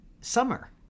summer